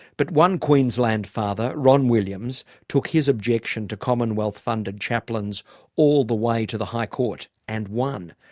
but one queensland father, ron williams, took his objection to commonwealth funded chaplains all the way to the high court and won,